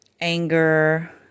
anger